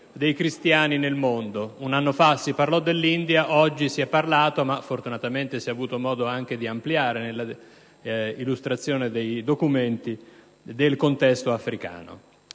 dei cristiani nel mondo. Un anno fa si parlò dell'India, oggi si è parlato - ma fortunatamente si è avuto anche modo di ampliare la questione nell'illustrazione dei documenti - del contesto africano.